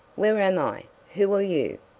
where am i? who are you?